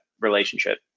relationship